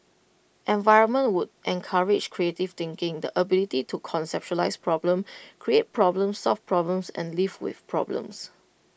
environment would encourage creative thinking the ability to conceptualise problems create problems solve problems and live with problems